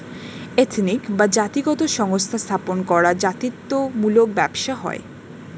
ethnic বা জাতিগত সংস্থা স্থাপন করা জাতিত্ব মূলক ব্যবসা হয়